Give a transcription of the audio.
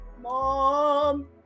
mom